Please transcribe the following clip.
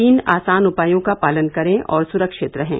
तीन आसान उपायों का पालन करें और सुरक्षित रहें